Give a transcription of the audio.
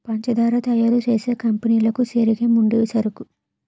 పంచదార తయారు చేసే కంపెనీ లకు చెరుకే ముడిసరుకు